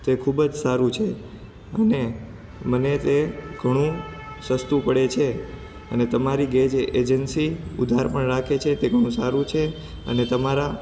તે ખૂબ જ સારું છે અને મને તે ઘણું સસ્તું પડે છે અને તમારી ગેચ એજન્સી ઉધાર પણ રાખે છે તે ઘણું સારું છે અને તમારા